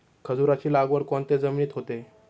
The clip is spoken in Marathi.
खजूराची लागवड कोणत्या जमिनीत होते?